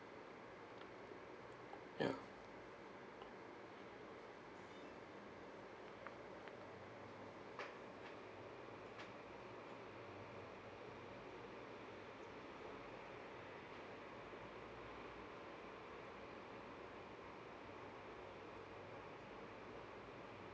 ya